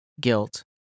guilt